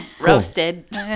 Roasted